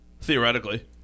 Theoretically